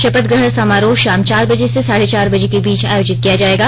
शपथ ग्रहण समारोह शाम चार बजे से साढ़े चार बजे के बीच आयोजित किया जाएगा